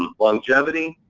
longevity,